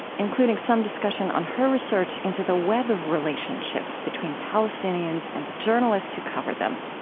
including some discussion on her research into the web of relationships between palestinians and the journalists who cover them.